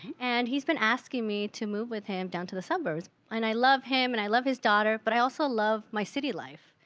and he's been asking me to move with him down to the suburbs. and i love him and i love his daughter, but i also love my city life.